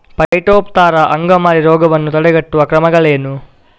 Phytophthora ಅಂಗಮಾರಿ ರೋಗವನ್ನು ತಡೆಗಟ್ಟುವ ಕ್ರಮಗಳೇನು?